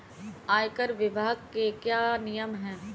आयकर विभाग के क्या नियम हैं?